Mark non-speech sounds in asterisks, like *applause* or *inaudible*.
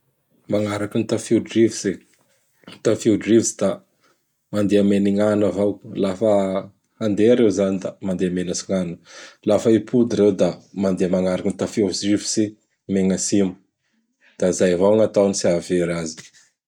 *noise* Magnaraky ny tafiodrivotsy *noise* ny tafiodrivotsy da mandeha menignana avao. Lafa handeha ireo izany da mandeha megna Atsignana. *noise* Lafa hipody ireo da mandeha magnaraky tafiodrivotsy megn' Atsimo. *noise* Da zay vao gn ataony tsy ahavery azy. *noise*